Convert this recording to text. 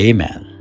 Amen